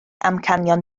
amcanion